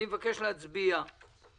אני מתכבד לפתוח את ישיבת ועדת הכספים.